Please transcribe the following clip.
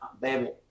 baby